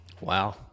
Wow